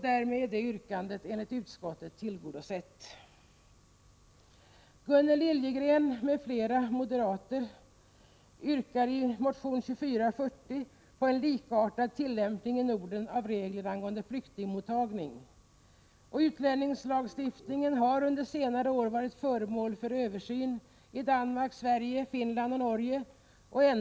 Därmed är detta yrkande enligt utskottet tillgodosett. Gunnel Liljegren m.fl. yrkar i motion 2440 på en likartad tillämpning i Norden av regler angående flyktingmottagning. Utlänningslagstiftningen har under senare år varit föremål för översyn i Danmark, Sverige, Finland och Norge.